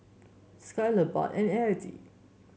Skyler Bart and Eddy